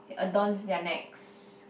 it adorns their necks